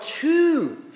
two